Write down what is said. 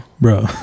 bro